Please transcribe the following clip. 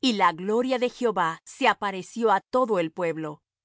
y la gloria de jehová se apareció á todo el pueblo